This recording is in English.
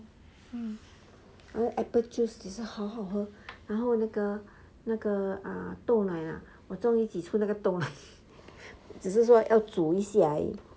然后 apple juice 也是好好喝然后那个那个豆奶 ah 我终于可以挤出那个豆只是说要煮一下而已